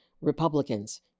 Republicans